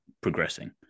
progressing